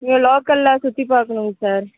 இங்கே லோக்கலில் சுற்றி பார்க்கணுங்க சார்